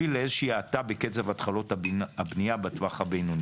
להוביל לאיזושהי האטה בקצב התחלות הבנייה בטווח הבינוני.